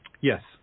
Yes